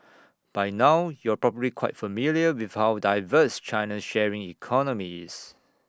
by now you're probably quite familiar with how diverse China's sharing economy is